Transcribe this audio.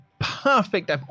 perfect